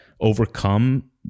overcome